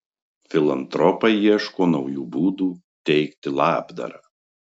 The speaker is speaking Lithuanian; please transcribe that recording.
filantropai ieško naujų būdų teikti labdarą